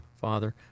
Father